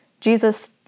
Jesus